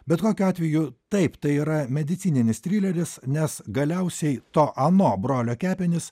bet kokiu atveju taip tai yra medicininis trileris nes galiausiai to ano brolio kepenys